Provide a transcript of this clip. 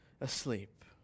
asleep